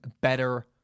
better